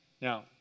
Now